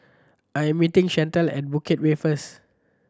I am meeting Chantelle at Bukit Way first